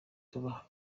tubaha